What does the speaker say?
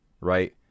right